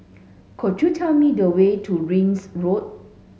could you tell me the way to Ring's Road